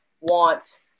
want